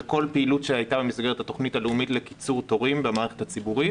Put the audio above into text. וכל פעילות שהייתה במסגרת התכנית הלאומית לקיצור תורים במערכת הציבורית